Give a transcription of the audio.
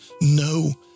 no